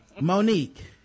monique